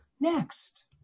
next